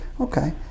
Okay